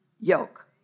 yoke